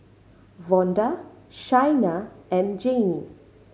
Vonda Shaina and Jayme